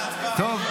טוב,